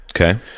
Okay